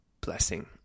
blessing